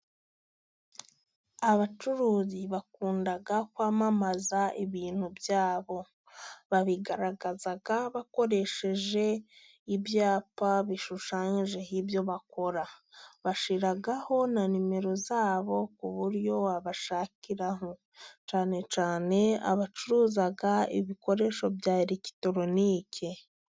Abacuruzi bakunda kwamamaza ibintu byabo. Babigaragaza bakoresheje ibyapa bishushanyijeho ibyo bakora. Bashyiraho na nimero zabo ku buryo wabashakiraho. Cyane cyane abacuruza ibikoresho bya elegitoronike.